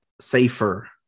safer